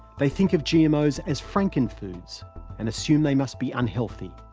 they think of gmos as franken-foods and assume they must be unhealthy.